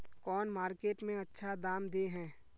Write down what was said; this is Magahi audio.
कौन मार्केट में अच्छा दाम दे है?